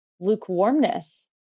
lukewarmness